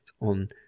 on